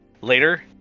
Later